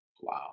Wow